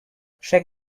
shake